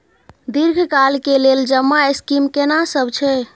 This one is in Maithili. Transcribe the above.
दीर्घ काल के लेल जमा स्कीम केना सब छै?